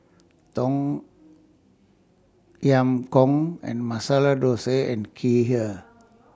Tom Yam Goong and Masala Dosa and Kheer